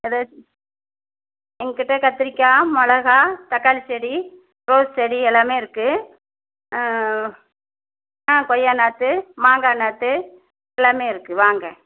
எங்கள்கிட்ட கத்திரிக்காய் மிளகா தக்காளி செடி ரோஸ் செடி எல்லாமே இருக்கு ஆ கொய்யா நாற்று மாங்காய் நாற்று எல்லாமே இருக்கு வாங்க